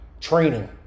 training